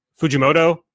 Fujimoto